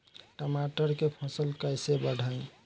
टमाटर के फ़सल कैसे बढ़ाई?